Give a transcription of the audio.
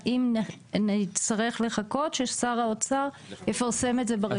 האם נצטרך לחכות ששר האוצר יפרסם את זה ברשומות?